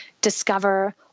discover